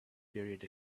period